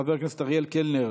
חבר הכנסת אריאל קלנר